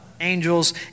angels